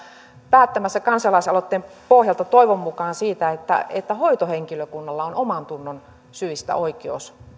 päättämässä kansalaisaloitteen pohjalta toivon mukaan siitä että että hoitohenkilökunnalla on omantunnonsyistä oikeus